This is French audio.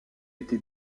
été